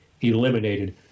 eliminated